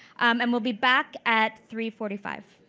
and we'll be back at three forty five.